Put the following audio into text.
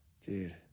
Dude